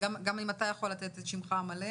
גם אם אתה יכול לתת את שמך המלא